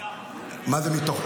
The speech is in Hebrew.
השאלה מתוך כמה.